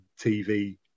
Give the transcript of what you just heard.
tv